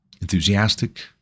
enthusiastic